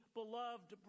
beloved